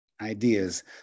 ideas